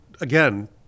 again